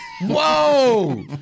Whoa